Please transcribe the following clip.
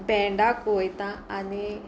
भेंडाक वयता आनी